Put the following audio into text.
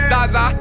Zaza